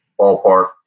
ballpark